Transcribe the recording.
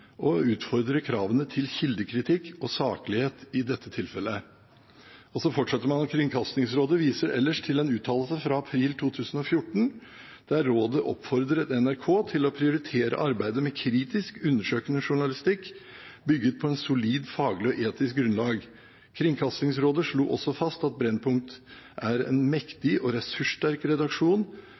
kravene til kildekritikk og saklighet i dette tilfellet.» Så fortsetter man: «Kringkastingsrådet viser ellers til en uttalelse fra april 2014 der rådet oppfordret NRK til å prioritere arbeidet med kritisk, undersøkende journalistikk, bygget på et solid faglig og etisk grunnlag. Kringkastingsrådet slo også fast at Brennpunkt er en mektig og ressurssterk redaksjon